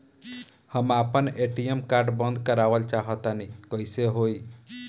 हम आपन ATM card बंद करावल चाह तनि कइसे होई?